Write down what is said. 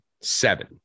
seven